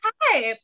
hi